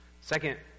Second